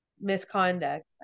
misconduct